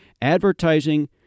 Advertising